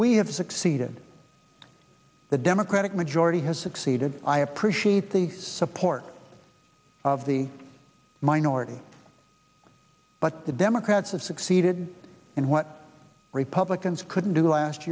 we have succeeded the democratic majority has succeeded i appreciate the support of the minority but the democrats have succeeded in what republicans couldn't do last